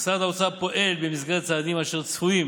משרד האוצר פועל במסגרת צעדים אשר צפויים